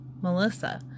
Melissa